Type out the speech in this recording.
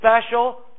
special